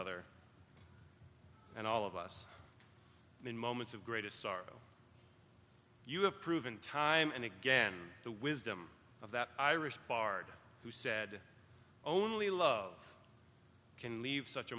other and all of us in moments of greatest sorrow you have proven time and again the wisdom of that irish bard who said only love can leave such a